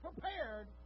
prepared